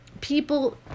People